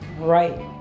right